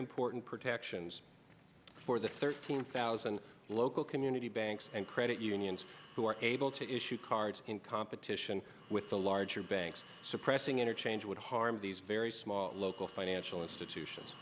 important protections for the thirteen thousand local community banks and credit unions who are able to issue cards in competition with the larger banks suppressing interchange would harm these very small local financial institutions